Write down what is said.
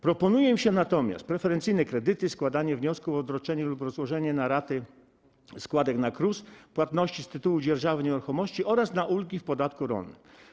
Proponuje im się natomiast preferencyjne kredyty, składanie wniosków o odroczenie lub rozłożenie na raty składek na KRUS, płatności z tytułu dzierżawy nieruchomości oraz ulgi w podatku rolnym.